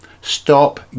Stop